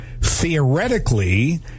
theoretically